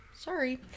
sorry